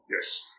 Yes